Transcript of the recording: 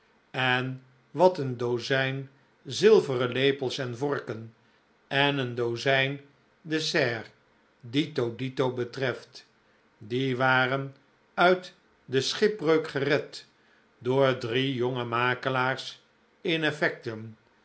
en wat een dozijn zilveren lepels en vorken en een dozijn dessert dito dito betreft die waren uit de schipbreuk gered door drie jonge makelaars in effecten